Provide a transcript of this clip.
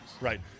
Right